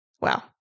wow